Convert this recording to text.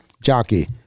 jockey